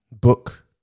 Book